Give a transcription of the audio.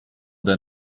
the